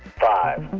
five,